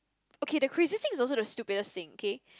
okay the craziest thing is also the stupidest thing okay